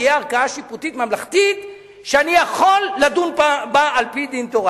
תהיה ערכאה שיפוטית ממלכתית שאני יכול לדון בה על-פי דין תורה.